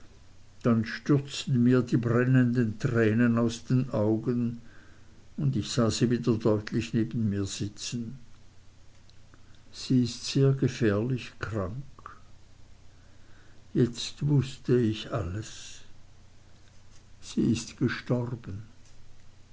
dann stürzten mir die brennenden tränen aus den augen und ich sah sie wieder deutlich neben mir sitzen sie ist sehr gefährlich krank jetzt wußte ich alles sie ist gestorben